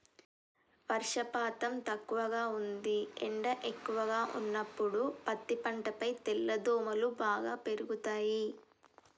వర్షపాతం తక్కువగా ఉంది ఎండ ఎక్కువగా ఉన్నప్పుడు పత్తి పంటపై తెల్లదోమలు బాగా పెరుగుతయి